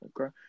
okay